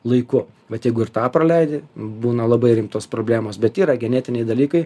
laiku vat jeigu ir tą praleidi būna labai rimtos problemos bet yra genetiniai dalykai